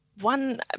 one